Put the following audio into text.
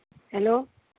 hello